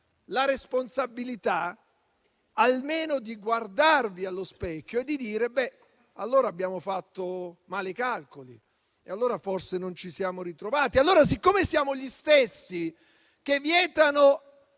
la responsabilità almeno di guardarvi allo specchio e dire: allora abbiamo fatto male i calcoli; allora, forse, non ci siamo ritrovati. Allora, siccome siete gli stessi che vietano